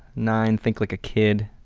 nine, think like a kid.